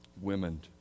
women